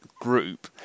group